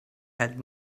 had